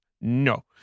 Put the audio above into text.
no